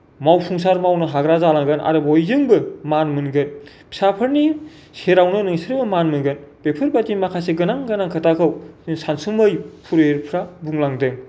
मावफुंसार मावनो हाग्रा जालांगोन आरो बयजोंबो मान मोनगोन फिसाफोरनि सेरावनो नोंसोरबो मान मोनगोन बेफोरबादि माखासे गोनां गोनां खोथाखौ सानसुमै फुर'हितफ्रा बुंलांदों